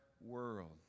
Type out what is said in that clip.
world